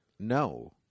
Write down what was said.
No